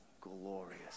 glorious